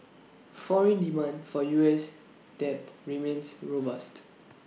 foreign demand for U S debt remains robust